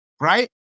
right